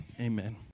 amen